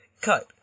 cut